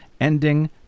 ending